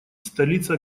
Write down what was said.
столица